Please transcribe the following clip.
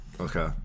okay